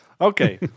Okay